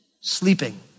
Sleeping